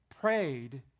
prayed